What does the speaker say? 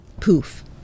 Poof